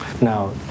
Now